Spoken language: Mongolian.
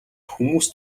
хүмүүс